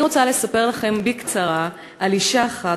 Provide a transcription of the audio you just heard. אני רוצה לספר לכם בקצרה על אישה אחת,